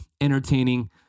entertaining